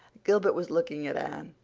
gilbert was looking at anne,